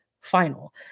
final